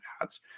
ads